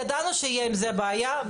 ידענו שתהיה עם זה בעיה,